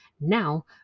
now